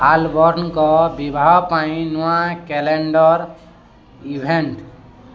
ଆଲବଣ୍ଣଟଙ୍କ ବିବାହ ପାଇଁ ନୂଆ କ୍ୟାଲେଣ୍ଡର୍ ଇଭେଣ୍ଟ୍